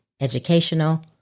educational